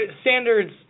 standards